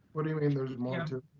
what do you mean there's more to?